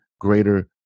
greater